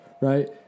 Right